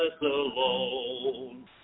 alone